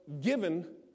given